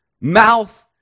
mouth